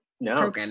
No